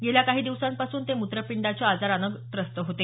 गेल्या काही दिवसांपासून ते मूत्रपिंडाच्या आजारानं त्रस्त होते